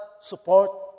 support